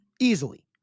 Easily